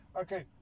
Okay